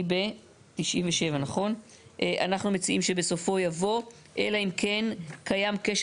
אנחנו מציעים שבסופו יבוא "אלא אם כן קיים כשל